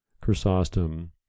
Chrysostom